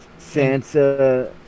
Sansa